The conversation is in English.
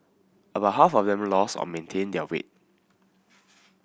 about half of them lost or maintained their weight